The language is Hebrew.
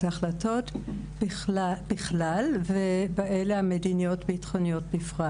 החלטות בכלל ובאלה המדיניות-ביטחוניות בפרט.